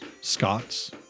Scots